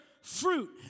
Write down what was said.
fruit